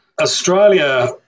Australia